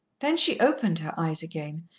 then she opened her eyes again,